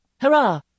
Hurrah